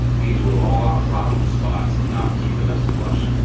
these were all our problem spots not keeping us flush.